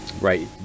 right